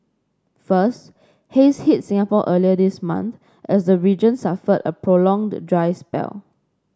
first haze hit Singapore earlier this month as the region suffered a prolonged dry spell